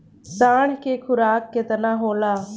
साँढ़ के खुराक केतना होला?